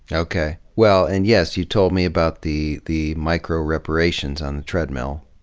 yeah okay. well and yes, you told me about the the micro-reparations on the treadmill.